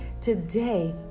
today